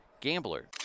GAMBLER